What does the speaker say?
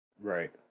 Right